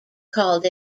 called